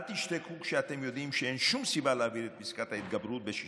אל תשתקו כשאתם יודעים שאין שום סיבה להעביר את פסקת ההתגברות ב-61.